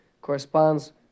corresponds